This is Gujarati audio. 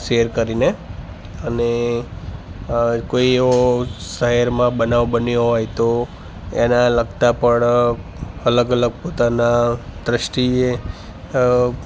શૅર કરીને અને અ કોઈ એવો શહેરમાં બનાવ બન્યો હોય તો એનાં લગતા પણ અલગ અલગ પોતાનાં દૃષ્ટિએ અ